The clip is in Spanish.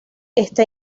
está